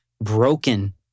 broken